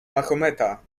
mahometa